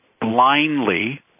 blindly